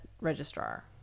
registrar